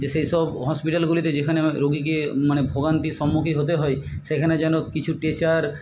যে সেই সব হসপিটালগুলিতে যেখানে রোগীকে মানে ভোগান্তির সম্মুখীন হতে হয় সেখানে যেন কিছু স্ট্রেচার